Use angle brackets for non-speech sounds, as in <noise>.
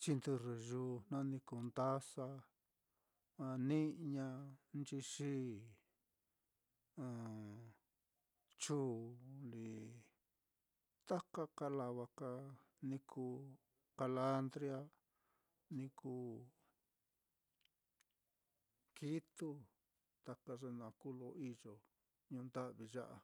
chindɨrrɨyūū, jna ni kuu ndasa, ni'ña nchixi, <hesitation> chuu lí, taka ka lava ka ni kuu kalandria, ni kuu <hesitation> kitu, taka ye naá kuu lo iyo ñuu nda'vi ya á.